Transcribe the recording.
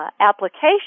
application